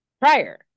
prior